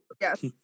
Yes